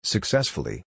Successfully